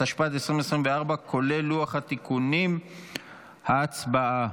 התשפ"ד 2024, כולל לוח התיקונים, הצבעה.